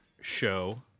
show